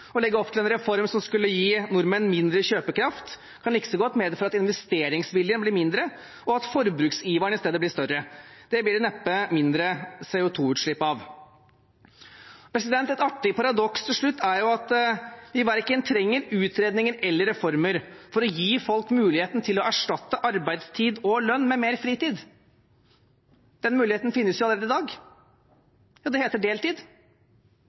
Å legge opp til en reform som skulle gi nordmenn mindre kjøpekraft, kan like godt medføre at investeringsviljen blir mindre, og at forbruksiveren i stedet blir større. Det blir det neppe mindre CO 2 -utslipp av. Et artig paradoks til slutt er at vi verken trenger utredninger eller reformer for å gi folk muligheten til å erstatte arbeidstid og lønn med mer fritid. Den muligheten finnes allerede i dag. Det heter deltid.